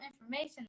information